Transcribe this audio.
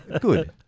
Good